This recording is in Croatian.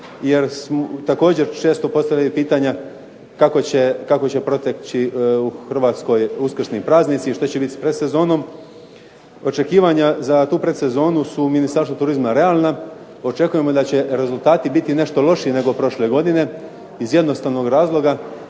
jer također često postavljaju pitanja kako će proteći u Hrvatskoj uskrsni praznici i što će biti s predsezonom. Očekivanja za tu predsezonu su u Ministarstvu turizma realna, očekujemo da će rezultati biti nešto lošiji nego prošle godine iz jednostavnog razloga,